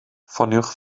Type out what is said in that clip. ffoniwch